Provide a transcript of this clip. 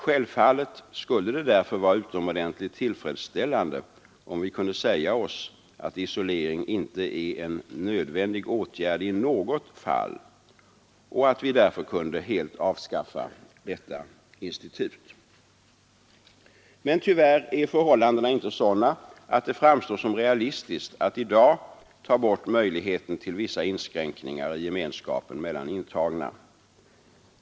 Självfallet skulle det därför vara utomordentligt tillfredsställande om vi kunde säga oss att isolering inte är en nödvändig åtgärd i något fall och att vi därför kunde helt avskaffa detta institut. Men tyvärr är förhållandena inte sådana att det framstår som realistiskt att i dag ta bort möjligheten till vissa inskränkningar i gemenskapen mellan intagna.